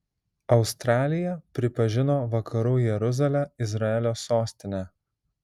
australija pripažino vakarų jeruzalę izraelio sostine